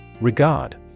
Regard